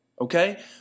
Okay